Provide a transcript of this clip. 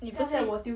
你不是